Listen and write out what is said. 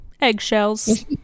eggshells